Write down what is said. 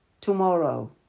tomorrow